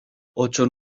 ocho